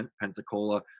Pensacola